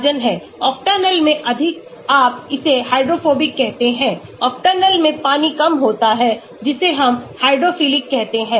octanol में अधिक आप इसे हाइड्रोफोबिक कहते हैं ऑक्टेनॉल में पानी कम होता है जिसे हम हाइड्रोफिलिक कहते हैं